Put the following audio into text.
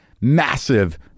massive